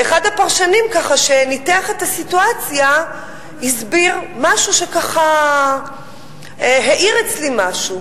ואחד הפרשנים שניתח את הסיטואציה הסביר משהו שככה האיר אצלי משהו.